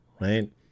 Right